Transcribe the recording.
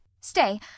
Stay